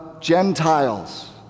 Gentiles